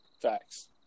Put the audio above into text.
Facts